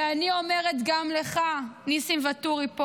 ואני אומרת גם לך ניסים ואטורי,